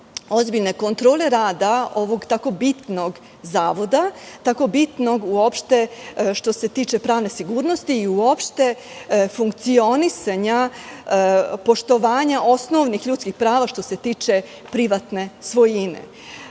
ozbiljne kontrole rada ovog tako bitnog zavoda, tako bitnog uopšte što se tiče pravne sigurnosti i uopšte funkcionisanja, poštovanja osnovnih ljudskih prava, što se tiče privatne